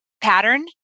pattern